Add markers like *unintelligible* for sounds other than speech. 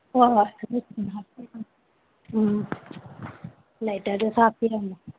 ꯍꯣꯏ ꯍꯣꯏ ꯑꯗꯨ *unintelligible* ꯑ ꯂꯥꯏꯇꯔꯗꯨꯁꯨ ꯍꯥꯞꯄꯤꯔꯝꯃꯣ